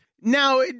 Now